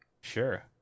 Sure